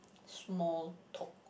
small talk